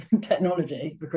technology